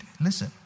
Listen